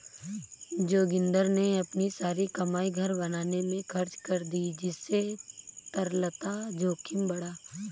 जोगिंदर ने अपनी सारी कमाई घर बनाने में खर्च कर दी जिससे तरलता जोखिम बढ़ा